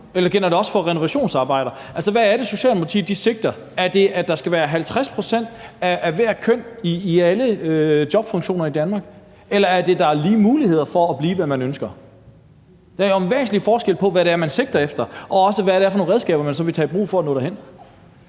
eller gælder det også for renovationsarbejdere? Altså, hvad er det, Socialdemokratiet sigter efter – er det, at der skal være 50 pct. af begge køn i alle jobfunktioner i Danmark, eller er det, at der er lige muligheder for at blive, hvad man ønsker? Der er jo en væsentlig forskel dér, i forhold til hvad det er, man sigter efter, og også i forhold til hvad det er for nogle redskaber, man så vil tage i brug for at nå derhen.